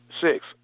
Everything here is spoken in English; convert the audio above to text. Six